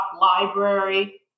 library